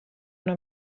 una